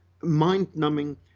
mind-numbing